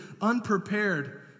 unprepared